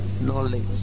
knowledge